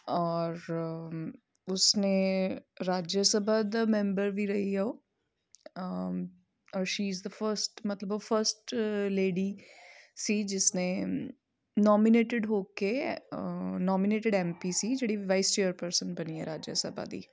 ਔਰ ਉਸਨੇ ਰਾਜਿਆ ਸਭਾ ਦਾ ਮੈਂਬਰ ਵੀ ਰਹੀ ਆ ਉਹ ਔਰ ਸ਼ੀ ਇਜ਼ ਦਾ ਫਸਟ ਮਤਲਬ ਉਹ ਫਸਟ ਲੇਡੀ ਸੀ ਜਿਸਨੇ ਨੋਮੀਨੇਟਡ ਹੋ ਕੇ ਨੋਮੀਨੇਟਡ ਐੱਮ ਪੀ ਸੀ ਜਿਹੜੀ ਵਾਈਸ ਚੇਅਰ ਪਰਸਨ ਬਣੀ ਹੈ ਰਾਜਿਆ ਸਭਾ ਦੀ